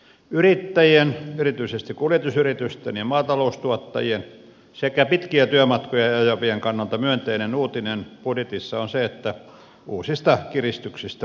yrittäjien erityisesti kuljetusyritysten ja maataloustuottajien sekä pitkiä työmatkoja ajavien kannalta myönteinen uutinen budjetissa on se että uusista kiristyksistä polttoaineverotukseen luovuttiin